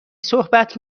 صحبت